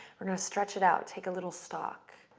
we're going to stretch it out, take a little stock,